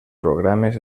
programes